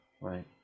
right